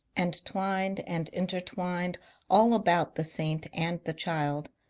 and twined and in tertwined all about the saint and the child,